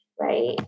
right